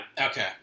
Okay